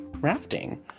rafting